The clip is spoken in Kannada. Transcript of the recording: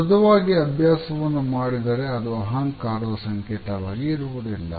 ಮೃದುವಾಗಿ ಅಭ್ಯಾಸವನ್ನು ಮಾಡಿದರೆ ಅದು ಅಹಂಕಾರದ ಸಂಕೇತವಾಗಿ ಇರುವುದಿಲ್ಲ